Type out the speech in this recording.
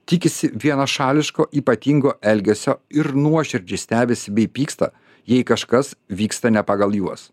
tikisi vienašališko ypatingo elgesio ir nuoširdžiai stebisi bei pyksta jei kažkas vyksta ne pagal juos